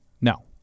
No